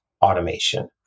automation